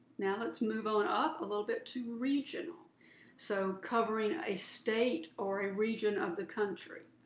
now let's move on up a little bit to regional so covering a state or a region of the country.